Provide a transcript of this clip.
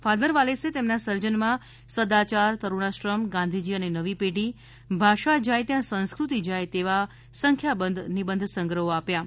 father વાલેસે તેમના સર્જનમાં સદાચાર તરૂણાશ્રમ ગાંધીજી અને નવી પેઢી ભાષા જાય ત્યાં સંસ્કૃતિ જાય એવા સંખ્યાબંધ નિબંધ સંગ્રહો આપ્યા છે